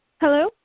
Hello